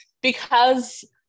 because-